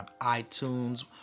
iTunes